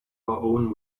own